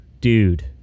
dude